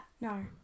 no